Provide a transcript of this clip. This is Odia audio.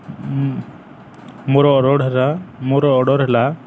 ମୋର ଅରଡ଼୍ ହେଲା ମୋର ଅର୍ଡ଼ର୍ ହେଲା